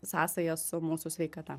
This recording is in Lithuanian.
sąsaja su mūsų sveikata